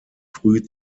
früh